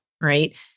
right